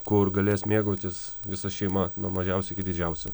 kur galės mėgautis visa šeima nuo mažiausio iki didžiausio